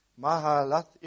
Mahalath